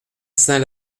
saint